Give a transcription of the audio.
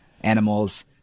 animals